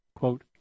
Quote